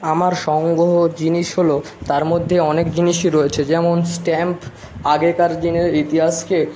আমার সংগ্রহর জিনিস হলো তার মধ্যে অনেক জিনিসই রয়েছে যেমন স্ট্যাম্প আগেকার দিনের ইতিহাসকে